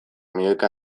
milioika